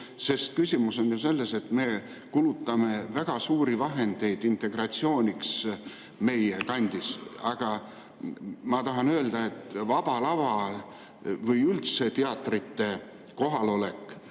jaoks. Küsimus on ju selles, et me kulutame väga suuri vahendeid integratsiooniks meie kandis. Ma tahan öelda, et Vaba Lava või üldse teatrite kohalolek